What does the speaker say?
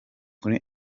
kuri